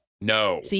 no